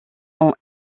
ont